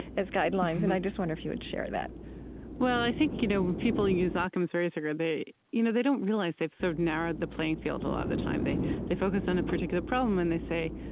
as guidelines. and i just wonder if you would share that well, i think when you know people use ah occam's razor, they you know they don't realize they've so narrowed the playing field a lot of the time. they they focus on a particular problem, and they say,